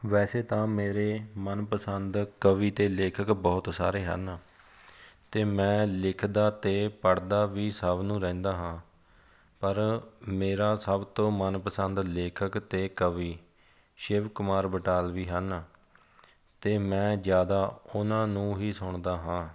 ਵੈਸੇ ਤਾਂ ਮੇਰੇ ਮਨ ਪਸੰਦ ਕਵੀ ਅਤੇ ਲੇਖਕ ਬਹੁਤ ਸਾਰੇ ਹਨ ਅਤੇ ਮੈਂ ਲਿਖਦਾ ਅਤੇ ਪੜ੍ਹਦਾ ਵੀ ਸਭ ਨੂੰ ਰਹਿੰਦਾ ਹਾਂ ਪਰ ਮੇਰਾ ਸਭ ਤੋਂ ਮਨ ਪਸੰਦ ਲੇਖਕ ਅਤੇ ਕਵੀ ਸ਼ਿਵ ਕੁਮਾਰ ਬਟਾਲਵੀ ਹਨ ਅਤੇ ਮੈਂ ਜ਼ਿਆਦਾ ਉਹਨਾਂ ਨੂੰ ਹੀ ਸੁਣਦਾ ਹਾਂ